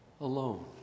alone